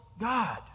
God